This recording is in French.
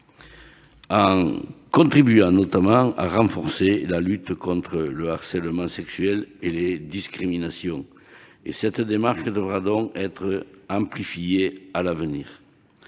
en contribuant notamment à renforcer la lutte contre le harcèlement sexuel et les discriminations. Cette démarche devra donc être amplifiée à l'avenir.